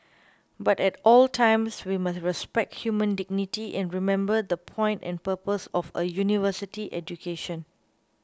but at all times we must respect human dignity and remember the point and purpose of a University education